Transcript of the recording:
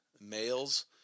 Males